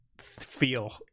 feel